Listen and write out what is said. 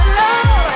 love